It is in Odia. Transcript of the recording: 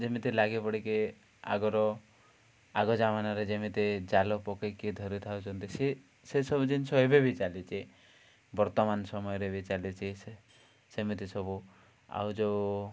ଯେମିତି ଲାଗି ପଡ଼ିକି ଆଗର ଆଗ ଯମାନାରେ ଯେମିତି ଜାଲ ପକାଇକି ଧରି ଥାଉଛନ୍ତି ସେ ସେସବୁ ଜିନିଷ ଏବେ ବି ଚାଲିଛି ବର୍ତ୍ତମାନ ସମୟରେ ବି ଚାଲିଛି ସେମିତି ସବୁ ଆଉ ଯେଉଁ